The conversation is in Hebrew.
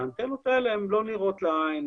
האנטנות האלה הן לא נראות לעין,